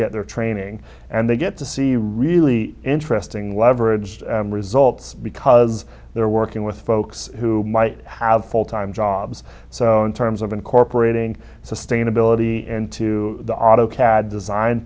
get their training and they get to see really interesting leveraged results because they're working with folks who might have full time jobs so in terms of incorporating sustainability into the autocad design